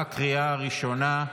2), התשפ"ד 2024, בקריאה הראשונה.